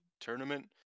tournament